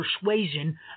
persuasion